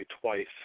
twice